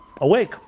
awake